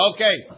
Okay